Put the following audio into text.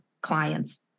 clients